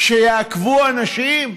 שיעכבו אנשים,